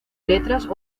letras